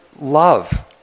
love